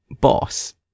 boss